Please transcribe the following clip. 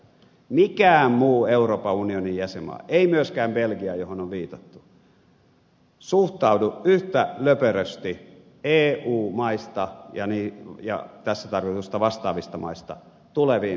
mikään muu euroopan unionin jäsenmaa ei myöskään belgia johon on viitattu ei suhtaudu yhtä löperösti eu maista ja tässä tarkoitetuista vastaavista maista tuleviin turvapaikkahakemuksiin